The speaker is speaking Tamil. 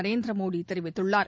நரேந்திர மோடி தெரிவித்துள்ளார்